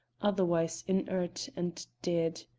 otherwise inert and dead.